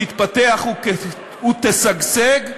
תתפתח ותשגשג,